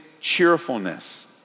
cheerfulness